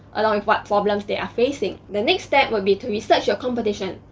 along with what problems they are facing. the next step would be to research your competition.